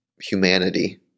humanity